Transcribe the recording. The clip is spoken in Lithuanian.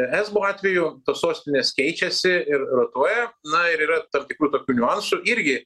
esbo atveju tos sostinės keičiasi ir rotuoja na ir yra tam tikrų tokių niuansų irgi